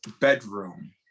bedroom